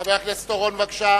חבר הכנסת אורון, בבקשה.